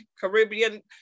Caribbean